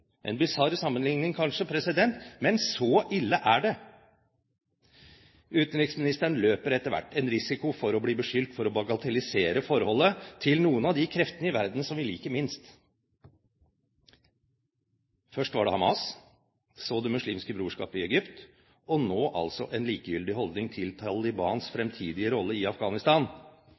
men så ille er det! Utenriksministeren løper etter hvert en risiko for å bagatellisere forholdet til noen av de kreftene i verden vi liker minst. Først var det Hamas, så Det muslimske brorskapet i Egypt, og nå altså en likegyldig holdning til Talibans fremtidige rolle i Afghanistan.